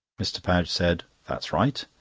mr. padge said that's right,